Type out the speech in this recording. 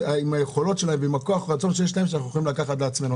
עם היכולות וכוח הרצון שיש להם - שאנחנו יכולים לקחת לעצמנו.